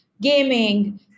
gaming